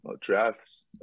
drafts